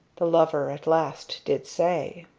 the lover at last did say.